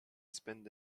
spend